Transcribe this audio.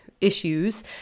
issues